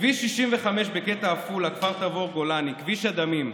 כביש 65 בקטע עפולה כפר תבור גולני, כביש הדמים,